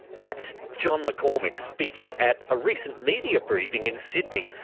that's john mccormack, speaking at a recent media briefing in sydney.